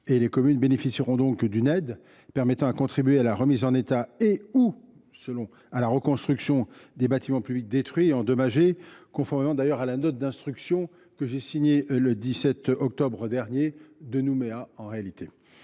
les communes bénéficieront d’une aide permettant de contribuer à la remise en état et/ou, selon les circonstances, à la reconstruction des bâtiments publics détruits et endommagés, conformément d’ailleurs à la note d’instruction que j’ai signée le 17 octobre dernier depuis Nouméa. J’ai